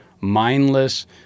mindless